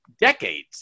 decades